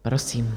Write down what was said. Prosím.